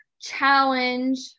challenge